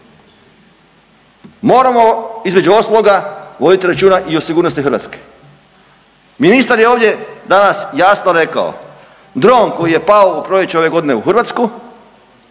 Moramo između ostaloga voditi računa i o sigurnosti Hrvatske. Ministar je ovdje danas jasno rekao dron koji je pao u proljeće ove godine u Hrvatsku